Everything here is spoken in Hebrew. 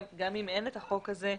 גם אם אין החוק הזה,